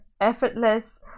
effortless